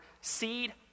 seed